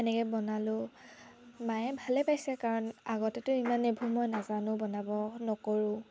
এনেকৈ বনালো মায়ে ভালে পাইছে কাৰণ আগতেটো ইমান এইবোৰ মই নাজানো বনাব মই নকৰোঁ